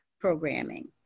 programming